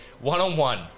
one-on-one